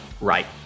right